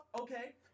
Okay